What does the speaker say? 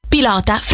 Pilota